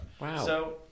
Wow